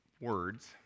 words